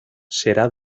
será